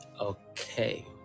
Okay